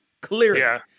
Clearly